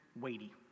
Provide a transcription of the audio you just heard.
weighty